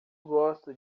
gosto